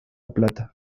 plata